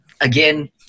again